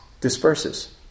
disperses